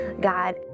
God